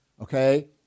okay